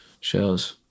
shows